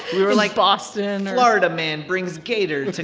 we were, like. boston or. florida man brings gator to